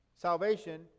Salvation